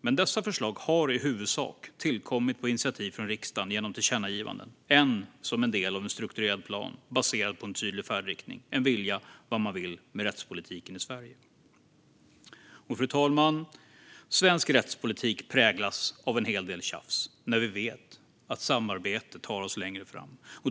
men dessa förslag har i huvudsak tillkommit på initiativ från riksdagen genom tillkännagivanden och inte som en del av en strukturerad plan baserad på en tydlig färdriktning, en idé om vad man vill med rättspolitiken i Sverige. Fru talman! Svensk rättspolitik präglas av en hel del tjafs, när vi vet att samarbete tar oss längre.